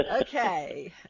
Okay